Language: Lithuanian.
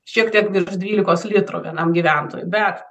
šiek tiek virš dvylikos litrų vienam gyventojui bet